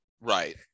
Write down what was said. Right